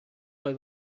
خوای